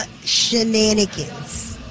shenanigans